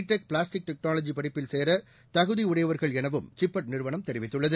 tech plastic technology படிப்பில் சேர தகுதியுடையவர்கள் எனவும் சிப்பெட் நிறுவனம் தெரிவித்துள்ளது